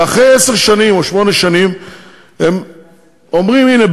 ואחרי עשר שנים או שמונה שנים הם אומרים: הנה,